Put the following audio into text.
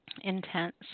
Intense